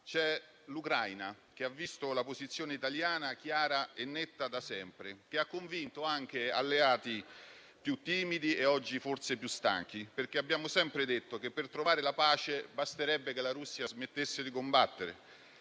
C'è l'Ucraina, che ha visto la posizione italiana chiara e netta da sempre, che ha convinto anche alleati più timidi e oggi forse più stanchi, perché abbiamo sempre detto che per trovare la pace basterebbe che la Russia smettesse di combattere;